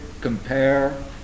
compare